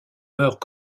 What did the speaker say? meurt